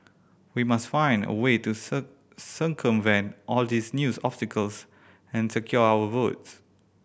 we must find a way to circumvent all these new obstacles and secure our votes